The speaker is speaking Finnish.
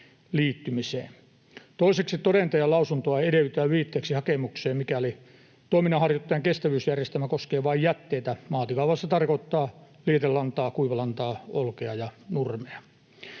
liittymiseen. Toiseksi todentajalausuntoa ei edellytetä liitteeksi hakemukseen, mikäli toiminnanharjoittajan kestävyysjärjestelmä koskee vain jätteitä. Maatilalla se tarkoittaa lietelantaa, kuivalantaa, olkea ja nurmea.